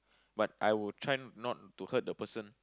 but I will try not to hurt the person